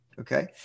Okay